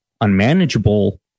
unmanageable